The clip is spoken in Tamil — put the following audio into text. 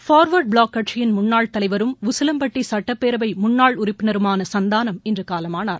பார்வர்டுபிளாக் கட்சியின் முன்னாள் தலைவரும் உசிலம்பட்டி சட்டப்பேரவை முன்னாள் உறுப்பினருமான சந்தானம் இன்று காலமானார்